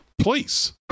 please